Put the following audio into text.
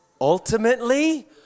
ultimately